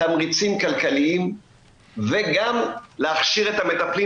תמריצים כלכליים וגם להכשיר את המטפלים